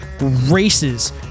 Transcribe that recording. races